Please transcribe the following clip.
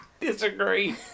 Disagree